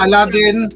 Aladdin